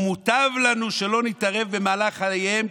ומוטב לנו שלא נתערב במהלך חייהם,